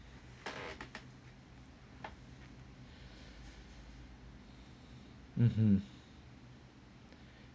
mm mm